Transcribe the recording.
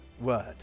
word